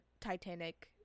titanic